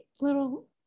little